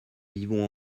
vivons